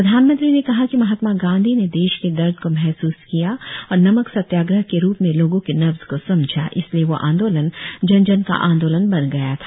प्रधानमंत्री ने कहा कि महात्मा गांधी ने देश के दर्द को महसूस किया और नमक सत्याग्रह के रूप में लोगों की नब्ज को समझा इसलिए वह आंदोलन जन जन का आंदोलन बन गया था